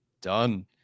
done